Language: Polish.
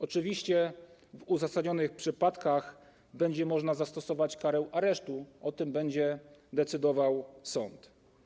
Oczywiście w uzasadnionych przypadkach będzie można zastosować karę aresztu i o tym będzie decydował sąd.